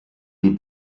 die